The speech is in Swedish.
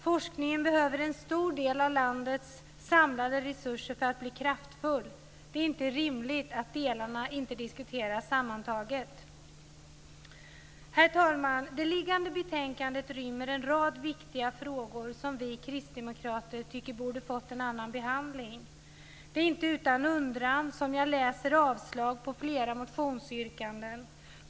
Forskningen behöver en stor del av landets samlade resurser för att bli kraftfull. Det är inte rimligt att delarna inte diskuteras sammantaget. Herr talman! Det liggande betänkandet rymmer en rad viktiga frågor som vi kristdemokrater tycker borde fått en annan behandling. Det är inte utan undran som jag läser avslag på flera motionsyrkanden.